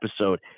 episode